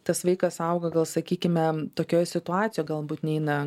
tas vaikas auga gal sakykime tokioj situacijoj galbūt neina